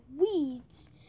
weeds